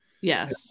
Yes